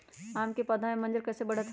आम क पौधा म मजर म कैसे बढ़त होई?